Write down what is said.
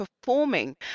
performing